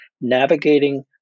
Navigating